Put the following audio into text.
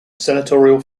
senatorial